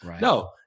No